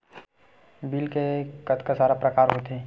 Bill के कतका सारा प्रकार होथे?